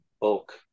bulk